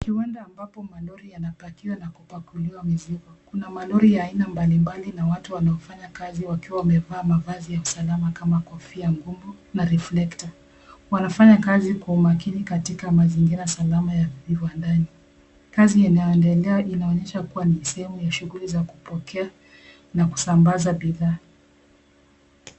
Kiwanda ambapo malori yanapakiwa na kupakulia mizigo. Kuna malori ya aina mbalimbali na watu wanaofanya kazi wakiwa wamevaa mavazi ya usalama kama kofia ngumu na reflector , wanafanya kazi kwa umakini katika mazingira salama ya viwandani. Kazi inayoendelea inaonyesha kuwa ni sehemu ya shughuli za kupokea na kusambaza bidhaa.